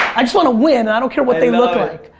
i just want to win i don't care what they look like.